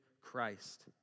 Christ